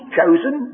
chosen